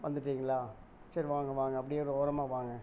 வந்துட்டிங்களா சரி வாங்க வாங்க அப்படியே அது ஓரமாக வாங்க